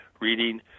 reading